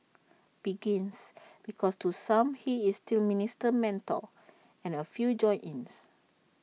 begins because to some he is still minister mentor and A few join ins